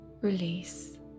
release